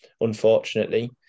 unfortunately